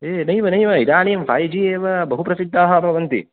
ए नैव नैव इदानीं फ़ै जि एव बहु प्रसिद्धाः भवन्ति